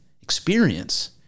Experience